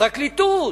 פרקליטות,